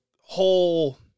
whole